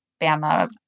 bama